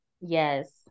Yes